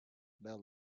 bell